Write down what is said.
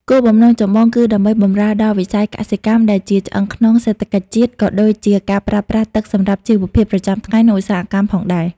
គោលបំណងចម្បងគឺដើម្បី បម្រើដល់វិស័យកសិកម្ម ដែលជាឆ្អឹងខ្នងសេដ្ឋកិច្ចជាតិ ក៏ដូចជា ការប្រើប្រាស់ទឹកសម្រាប់ជីវភាពប្រចាំថ្ងៃ និងឧស្សាហកម្ម ផងដែរ។